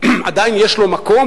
עדיין יש לו מקום,